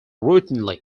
routinely